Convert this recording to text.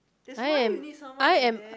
I am I am